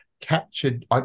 captured